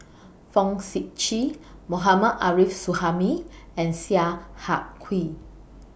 Fong Sip Chee Mohammad Arif Suhaimi and Sia